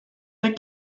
that